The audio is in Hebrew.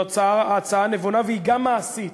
זו הצעה נבונה והיא גם מעשית,